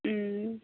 अँ